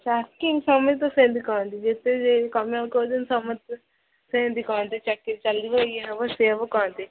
ଚାକିରୀ ସମସ୍ତେ ତ ସେମିତି କୁହନ୍ତି ଯେତେ କମେଇବାକୁ କହୁଛନ୍ତି ସମସ୍ତେ ସେମିତି କୁହନ୍ତି ଚାକିରୀ ଚାଲିବ ଇଏ ହବ ସେ ହବ କୁହନ୍ତି